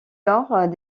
lors